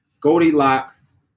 Goldilocks